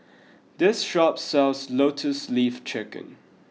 this shop sells Lotus Leaf Chicken